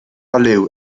liw